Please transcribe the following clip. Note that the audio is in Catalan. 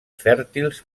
fèrtils